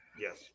yes